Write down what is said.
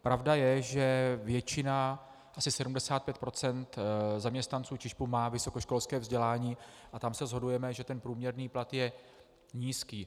Pravda je, že většina, asi 75 %, zaměstnanců ČIŽP má vysokoškolské vzdělání a tam se shodujeme, že průměrný plat je nízký.